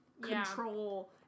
control